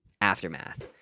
Aftermath